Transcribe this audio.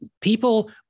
people